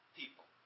people